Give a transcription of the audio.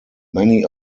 many